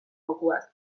jokoak